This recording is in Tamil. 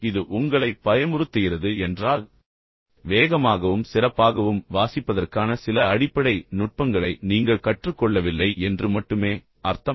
இது உங்களை பயமுறுத்துகிறது என்றால் நீங்கள் ஒரு மெதுவான வாசகர் என்றும் வேகமாகவும் சிறப்பாகவும் வாசிப்பதற்கான சில அடிப்படை நுட்பங்களை நீங்கள் கற்றுக்கொள்ளவில்லை என்றும் மட்டுமே அர்த்தம்